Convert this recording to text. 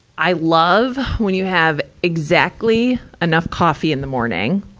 i love when you have exactly enough coffee in the morning,